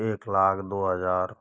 एक लाख दो हज़ार